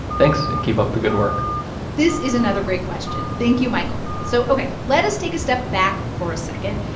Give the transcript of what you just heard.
thanks, and keep up the good work this is another great question. thank you, michael so ok, let us take a step back for a second.